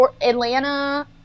atlanta